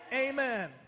Amen